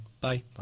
Bye